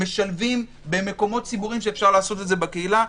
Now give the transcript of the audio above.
משלבים במקומות ציבוריים שאפשר לעשות את זה בקהילה.